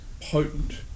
potent